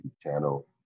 channel